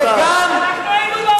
אנחנו היינו באופוזיציה,